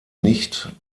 nicht